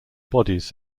bodies